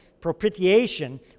propitiation